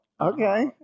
okay